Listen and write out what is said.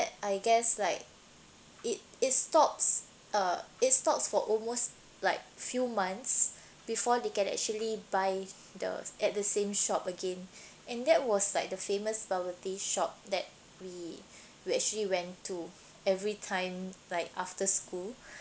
I guess like it it stops uh it stops for almost like few months before they can actually buy the at the same shop again and that was like the famous bubble tea shop that we we actually went to every time like after school